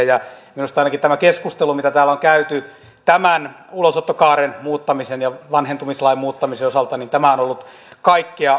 minusta ainakin tämä keskustelu mitä täällä on käyty tämän ulosottokaaren muuttamisen ja vanhentumislain muuttamisen osalta on ollut kaikkea muuta